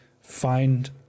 find